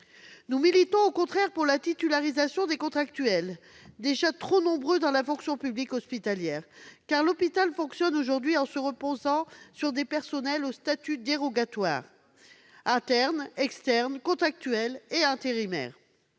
Nous militons, au contraire, pour la titularisation des contractuels, déjà trop nombreux dans la fonction publique hospitalière, car l'hôpital fonctionne aujourd'hui en se reposant sur des personnels au statut dérogatoire- internes, externes, contractuels et intérimaires.